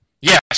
Yes